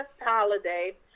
holiday